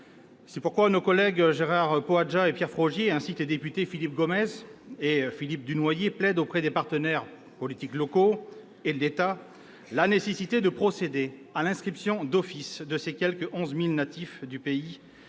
C'est pourquoi nos collègues Gérard Poadja et Pierre Frogier, ainsi que les députés Philippe Gomès et Philippe Dunoyer, plaident auprès des partenaires politiques locaux et de l'État la nécessité de procéder à l'inscription d'office de ces quelque 11 000 natifs du pays